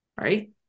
Right